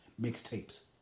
mixtapes